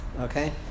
Okay